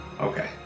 Okay